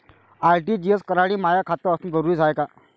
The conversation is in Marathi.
आर.टी.जी.एस करासाठी माय खात असनं जरुरीच हाय का?